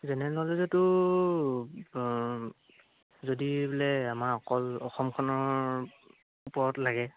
general নলেজৰ তোৰ যদি বোলে আমাৰ অকল অসমখনৰ ওপৰত লাগে